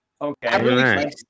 Okay